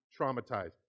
traumatized